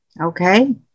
okay